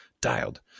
dialed